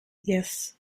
yes